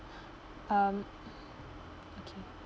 um okay